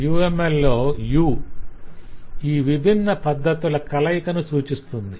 UML లో 'U' ఈ విభిన్న పద్దతుల కలయికను సూచిస్తుంది